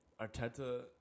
Arteta